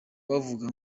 bavuga